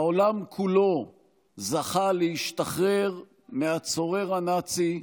העולם כולו זכה להשתחרר מהצורר הנאצי,